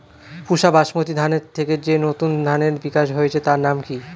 পুসা বাসমতি ধানের থেকে যে নতুন ধানের বিকাশ হয়েছে তার নাম কি?